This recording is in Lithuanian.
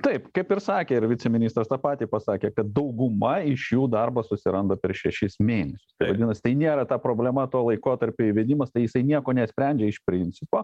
taip kaip ir sakė ir viceministras tą patį pasakė kad dauguma iš jų darbą susiranda per šešis mėnesius vadinas tai nėra ta problema to laikotarpio įvedimas tai jisai nieko nesprendžia iš principo